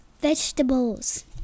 vegetables